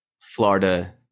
Florida